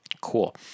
Cool